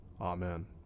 Amen